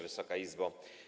Wysoka Izbo!